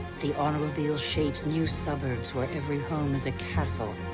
the automobile shapes new suburbs, where every home is a castle,